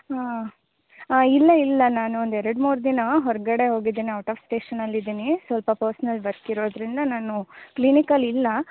ಹಾಂ ಇಲ್ಲ ಇಲ್ಲ ನಾನು ಒಂದು ಎರಡು ಮೂರು ದಿನ ಹೊರಗಡೆ ಹೋಗಿದ್ದೇನೆ ಔಟ್ ಆಫ್ ಸ್ಟೇಷನಲ್ಲಿದ್ದೀನಿ ಸ್ವಲ್ಪ ಪರ್ಸ್ನಲ್ ವರ್ಕ್ ಇರೋದರಿಂದ ನಾನು ಕ್ಲಿನಿಕಲ್ಲಿ ಇಲ್ಲ